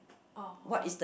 orh okay